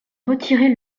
retirer